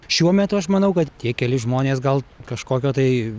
šiuo metu aš manau kad tie keli žmonės gal kažkokio tai